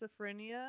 schizophrenia